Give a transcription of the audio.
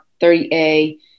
30A